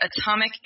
atomic